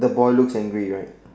the boy looks angry right